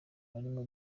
harimo